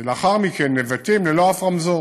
ולאחר מכן לנבטים, ללא שום רמזור,